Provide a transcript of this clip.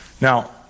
Now